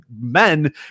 men